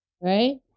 Right